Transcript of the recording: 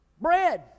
bread